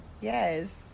Yes